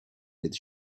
with